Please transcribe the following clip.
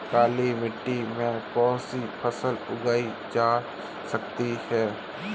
काली मिट्टी में कौनसी फसल उगाई जा सकती है?